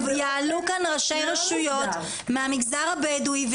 יעלו כאן ראשי רשויות מהמגזר הבדווי -- הם נמצאים שם באופן לא מוסדר.